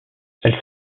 elles